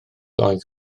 oedd